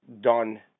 done